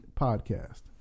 Podcast